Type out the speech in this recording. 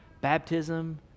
baptism